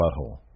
butthole